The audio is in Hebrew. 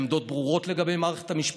עמדות ברורות לגבי מערכת המשפט,